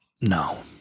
no